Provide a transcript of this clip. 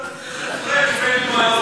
על-פי הדין המקומי שם,